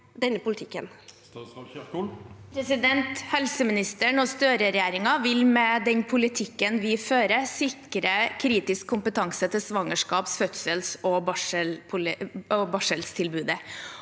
Helsemi- nisteren og Støre-regjeringen vil, med den politikken vi fører, sikre kritisk kompetanse til svangerskaps-, fødsels- og barseltilbudet.